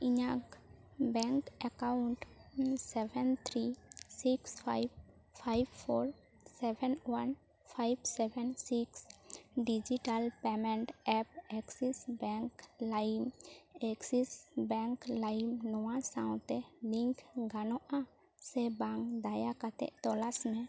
ᱤᱧᱟᱹᱜ bank account seven three six five five four seven one five seven six digital payment app Axis bank limited Axis bank limited ᱱᱚᱣᱟ ᱥᱟᱶᱛᱮ link ᱜᱟᱱᱚᱜᱼᱟ ᱥᱮᱵᱟᱝ ᱫᱟᱭᱟ ᱠᱟᱛᱮᱫ ᱛᱚᱞᱟᱥ ᱢᱮ